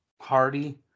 Hardy